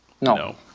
No